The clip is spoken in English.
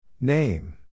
Name